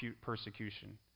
persecution